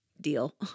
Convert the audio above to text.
deal